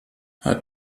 hat